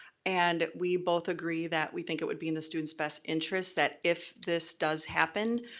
and we both agree that we think it would be in the students' best interest that if this does happen,